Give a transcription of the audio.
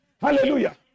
Hallelujah